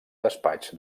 despatx